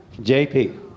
JP